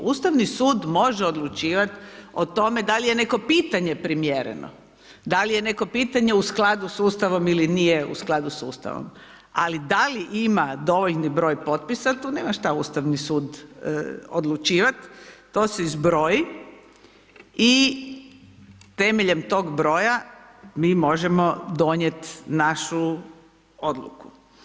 Ustavni sud može odlučivati o tome da li je neko pitanje primjereno, da li je neko pitanje u skladu s Ustavom ili nije u skladu s Ustavom, ali da li ima dovoljni broj potpisa, tu nema što Ustavni sud odlučivati, to se zbroji i temeljem tog broja, mi možemo donijeti našu odluku.